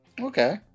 Okay